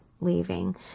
leaving